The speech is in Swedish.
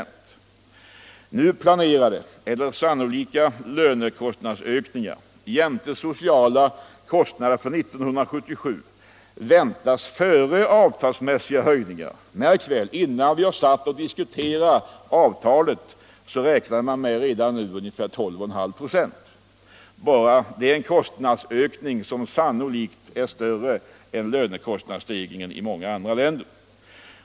Nu planerade eller sannolika lönekostnadsökningar jämte sociala kostnader för 1977 väntas före avtalsmässiga höjningar — märk väl innan vi diskuterat avtalet — uppgå till 12,5 ?6; bara det en kostnadsökning som sannolikt är större än lönekostnadsstegringarna i många andra länder.